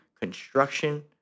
construction